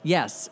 Yes